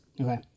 Okay